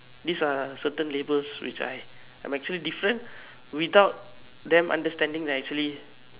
these are certain labels which I I'm actually different without them understanding that actually